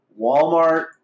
Walmart